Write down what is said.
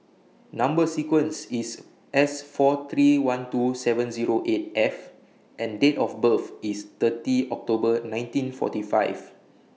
Number sequence IS S four three one two seven Zero eight F and Date of birth IS thirty October nineteen forty five